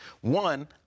One